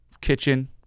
kitchen